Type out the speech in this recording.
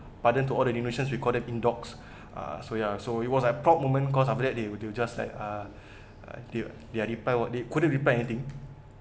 but then to the indonesians we call them in dogs ah so ya so it was a proud moment cause after that they will they will just like uh their their reply wer~ they couldn't reply anything